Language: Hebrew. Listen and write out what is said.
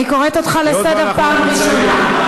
אני קוראת אותך לסדר פעם ראשונה.